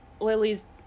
Lily's